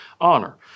honor